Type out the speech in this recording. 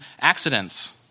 accidents